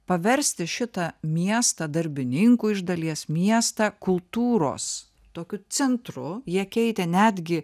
paversti šitą miestą darbininkų iš dalies miestą kultūros tokiu centru jie keitė netgi